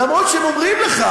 למרות שהם אומרים לך